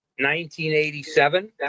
1987